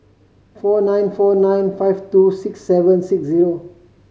four nine four nine five two six seven six zero